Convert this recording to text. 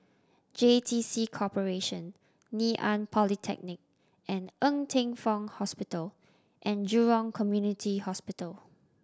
J T C Corporation Ngee Ann Polytechnic and Ng Teng Fong Hospital And Jurong Community Hospital